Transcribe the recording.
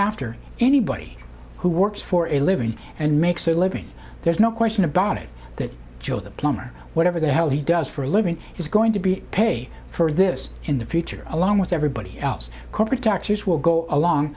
after anybody who works for a living and makes a living there's no question about it that joe the plumber whatever the hell he does for a living is going to be pay for this in the future along with everybody else corporate taxes will go along